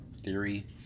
Theory